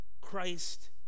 Christ